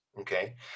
okay